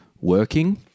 working